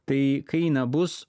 tai kai nebus